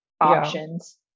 options